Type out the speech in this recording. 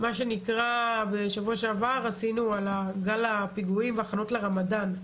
כמו למשל בשבוע שעבר הדיון על גל הפיגועים ועל ההכנות לרמדאן,